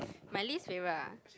my least favourite ah